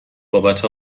بابت